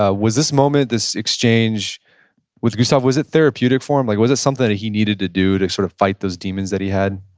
ah was this moment, this exchange with gustav, was it therapeutic for him? like was it something that he needed to do to sort of fight those demons that he had?